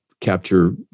capture